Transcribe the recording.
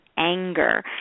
Anger